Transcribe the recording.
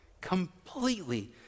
Completely